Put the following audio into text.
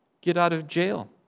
get-out-of-jail